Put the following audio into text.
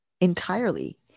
Entirely